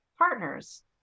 partners